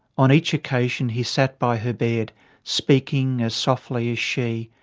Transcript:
on each occasion he sat by her bed speaking as softly as she,